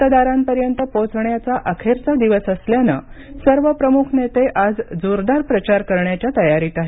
मतदारांपर्यंत पोहोचण्याचा अखेरचा दिवस असल्यानं सर्व प्रमुख नेते आज जोरदार प्रचार करण्याच्या तयारीत आहेत